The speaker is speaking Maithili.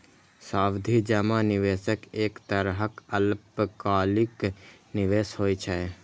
सावधि जमा निवेशक एक तरहक अल्पकालिक निवेश होइ छै